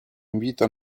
invita